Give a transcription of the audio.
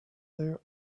their